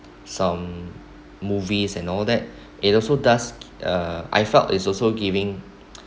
some movies and all that it also does I feel is also giving